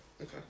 Okay